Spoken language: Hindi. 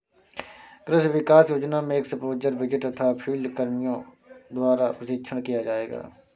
कृषि विकास योजना में एक्स्पोज़र विजिट तथा फील्ड कर्मियों द्वारा प्रशिक्षण किया जाएगा